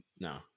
no